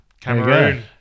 Cameroon